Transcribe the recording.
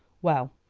well,